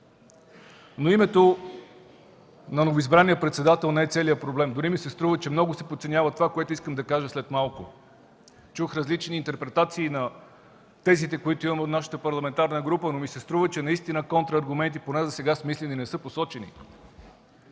Но името на новоизбрания председател не е целият проблем. Дори ми се струва, че много се подценява това, което искам да кажа след малко – чух различни интерпретации на тезите, които имаме от нашата парламентарна група, но ми се струва, че наистина поне засега не са посочени